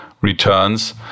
returns